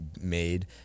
made